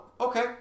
okay